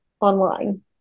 online